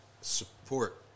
support